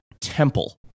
Temple